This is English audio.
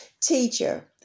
teacher